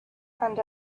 and